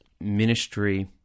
ministry